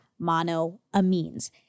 monoamines